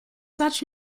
such